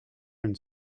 une